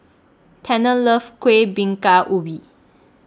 Tanner loves Kuih Bingka Ubi